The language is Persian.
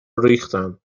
ریختن